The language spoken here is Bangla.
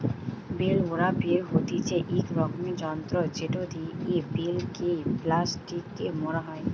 বেল ওরাপের হতিছে ইক রকমের যন্ত্র জেটো দিয়া বেল কে প্লাস্টিকে মোড়া হই